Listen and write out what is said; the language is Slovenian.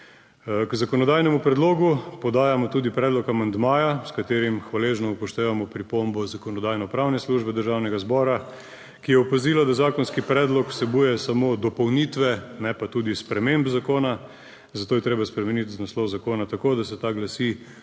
K zakonodajnemu predlogu podajamo tudi predlog amandmaja s katerim hvaležno upoštevamo pripombo Zakonodajno-pravne službe Državnega zbora, ki je opazila, da zakonski predlog vsebuje samo dopolnitve, ne pa tudi sprememb zakona, zato je treba spremeniti naslov zakona tako, da se ta glasi,